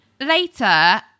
Later